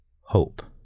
hope